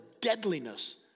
deadliness